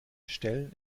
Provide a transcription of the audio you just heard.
stellen